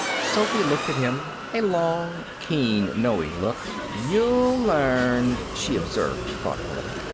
sophy looked at him a long, keen, knowing look. you'll learn, she observed, thoughtfully.